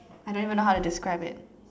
I don't even know how to describe it